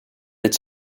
its